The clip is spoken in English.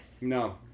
No